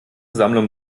sammlung